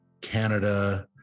Canada